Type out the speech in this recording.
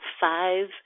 five